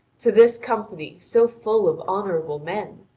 to this company, so full of honourable men!